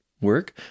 work